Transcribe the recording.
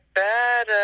bad